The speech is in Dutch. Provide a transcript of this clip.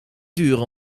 duren